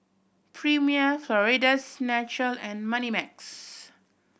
Premier Florida's Natural and Moneymax